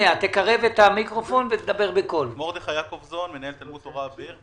מנהל תלמוד תורה אביר,